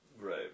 Right